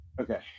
Okay